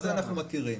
זה אנחנו מכירים.